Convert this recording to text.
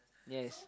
yes